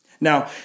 Now